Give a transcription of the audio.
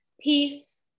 peace